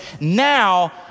Now